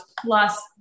plus